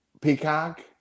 peacock